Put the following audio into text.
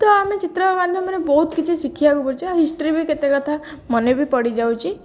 ତ ଆମେ ଚିତ୍ର ମାଧ୍ୟମରେ ବହୁତ କିଛି ଶିଖିବାକୁ ପାଉଛୁ ହିଷ୍ଟ୍ରି ବି କେତେ କଥା ମନେ ବି ପଡ଼ିଯାଉଛି